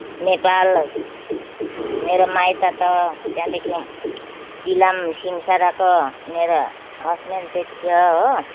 नेपाल मेरो माइत त त्यहाँदेखि इलाम सिमसाराको मेरो हसबेन्ड चाहिँ थियो हो